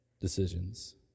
decisions